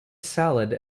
salad